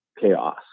chaos